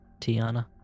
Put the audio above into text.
Tiana